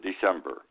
December